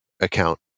account